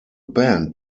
band